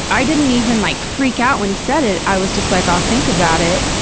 i didn't even, like, freak out when he said it. i was just like, i'll think about it,